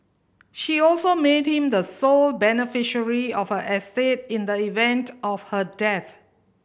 she also made him the sole beneficiary of her estate in the event of her death